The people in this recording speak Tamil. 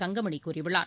தங்கமணிகூறியுள்ளார்